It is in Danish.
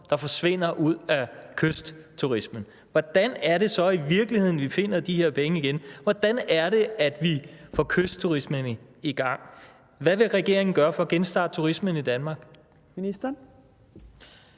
107 mio. kr. ud af kystturismen. Hvordan er det så, at vi i virkeligheden finder de her penge igen? Hvordan er det, at vi får kystturismen i gang? Hvad vil regeringen gøre for at genstarte turismen i Danmark? Kl.